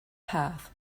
path